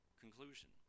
conclusion